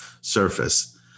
surface